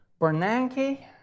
Bernanke